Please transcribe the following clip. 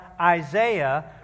Isaiah